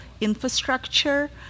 infrastructure